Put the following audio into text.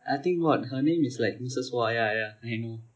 I think what her name is like missus wa yeah yeah I think